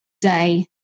day